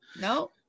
No